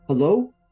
Hello